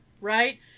right